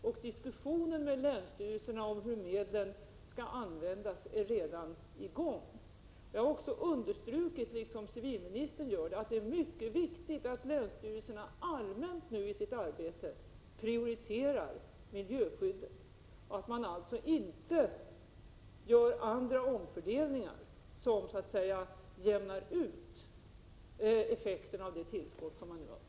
Diskussionen med länsstyrelserna om hur medlen skall användas är redan i gång. Jag har också, liksom civilministern, understrukit att det är mycket viktigt att länsstyrelserna nu i sitt arbete allmänt prioriterar miljöskyddet och att man alltså inte gör andra omfördelningar som så att säga jämnar ut effekterna av det tillskott som de nu har fått.